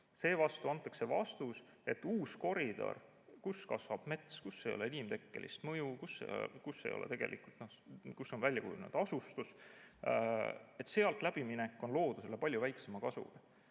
Seevastu antakse vastus, et uuest koridorist, kus kasvab mets, kus ei ole inimtekkelist mõju, kus on välja kujunenud asustus, läbiminek on loodusele palju väiksema